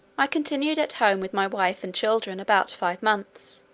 i continued at home with my wife and children about five months,